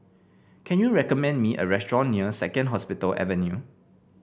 can you recommend me a restaurant near Second Hospital Avenue